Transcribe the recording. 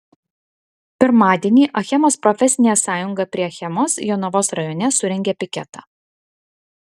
pirmadienį achemos profesinė sąjunga prie achemos jonavos rajone surengė piketą